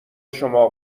شما